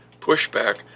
pushback